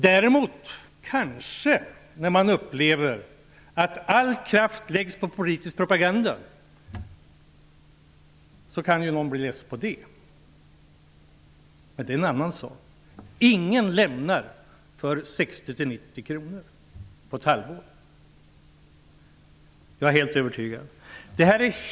Däremot kanske någon kan bli less när man upplever att all kraft läggs på politisk propaganda. Men det är en annan sak. Ingen lämnar a-kassan för 60--90 kr på ett halvår. Det är jag helt övertygad om.